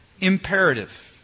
imperative